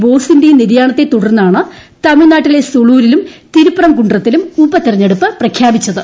ബോസിന്റെയും നിര്യാണത്തെ തുടർന്നാണ് തമിഴ്നാട്ടിലെ സൂളൂരിലും തിരുപ്പരം കുണ്ഡ്രത്തിലും ഉപതിരഞ്ഞെടുപ്പ് പ്രഖ്യാപിച്ചത്